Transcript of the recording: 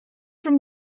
from